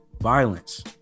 violence